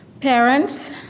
Parents